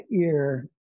ear